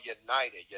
United